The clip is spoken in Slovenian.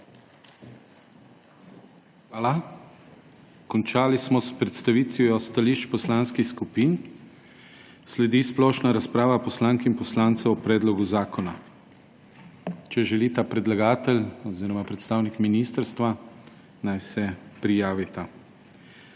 Hvala. Končali smo predstavitve stališč poslanskih skupin. Sledi splošna razprava poslank in poslancev o predlogu zakona. Če želita besedo predlagatelj oziroma predstavnik ministrstva, naj se prijavita.